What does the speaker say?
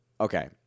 Okay